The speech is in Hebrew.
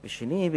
ו-2.